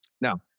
Now